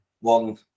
one